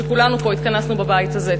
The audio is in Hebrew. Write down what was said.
כפי שכולנו התכנסנו פה בבית הזה.